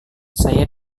saya